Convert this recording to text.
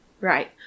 Right